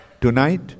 tonight